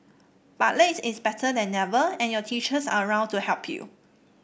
but late is better than never and your teachers are around to help you